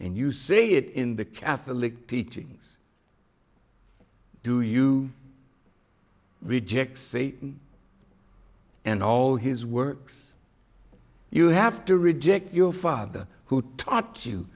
and you say it in the catholic teachings do you reject say and all his works you have to reject your father who taught